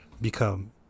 become